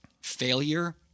failure